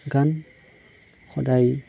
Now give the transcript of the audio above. গান সদায়